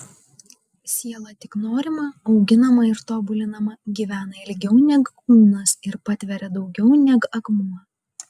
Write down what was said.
siela tik norima auginama ir tobulinama gyvena ilgiau neg kūnas ir patveria daugiau neg akmuo